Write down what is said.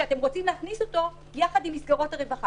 הטיפול הרפואי שאתם רוצים להכניס אותו יחד עם מסגרות הרווחה.